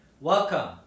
Welcome